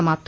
समाप्त